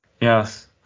Yes